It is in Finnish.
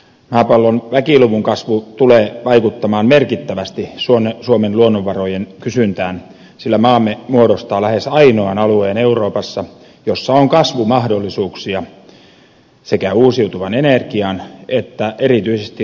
maapallon väkiluvun kasvu tulee vaikuttamaan merkittävästi suomen luonnonvarojen kysyntään sillä maamme muodostaa euroopassa lähes ainoan alueen missä on kasvumahdollisuuksia sekä uusiutuvan energian että erityisesti ruuan tuotannolle